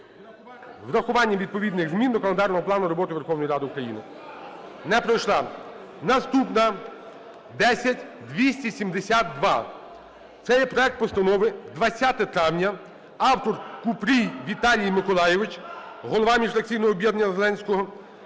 врахування відповідних змін до календарного плану роботи Верховної Ради України. Не пройшла. Наступна – 10270-2. Це є проект постанови: 20 травня, автор - Купрій Віталій Миколайович – голова міжфракційного об'єднання "За Зеленського".